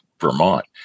Vermont